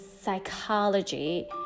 psychology